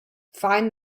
find